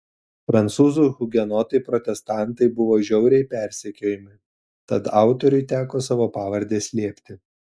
prancūzų hugenotai protestantai buvo žiauriai persekiojami tad autoriui teko savo pavardę slėpti